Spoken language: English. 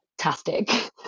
fantastic